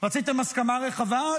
רציתם הסכמה רחבה,